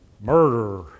murder